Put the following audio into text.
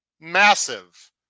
massive